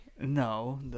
No